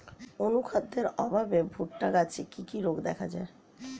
অনুখাদ্যের অভাবে ভুট্টা গাছে কি কি রোগ দেখা যায়?